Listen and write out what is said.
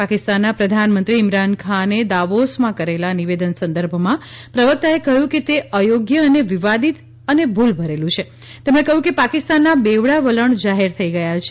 પાકિસ્તાનના પ્રધાનમંત્રી ઈમરાન ખાને દાવોસમાં કરેલા નિવેદન સંદર્ભમાં પ્રવક્તાએ કહ્યું કેતે અયોગ્ય અને વિવાદીત અને ભૂલ ભરેલું છે તેમણે કહ્યું કે પાકિસ્તાનનાં બેવડાં વલણ જાહેર થઈ ગયાં છે